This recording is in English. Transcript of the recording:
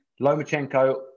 Lomachenko